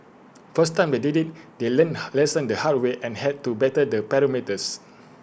first time they did IT they learnt lessons the hard way and had to better the parameters